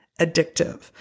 addictive